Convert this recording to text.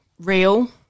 real